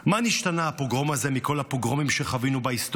מה נשתנה הפוגרום הזה מכל הפוגרומים שחווינו בהיסטוריה,